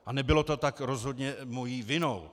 A nebylo to tak rozhodně mou vinou.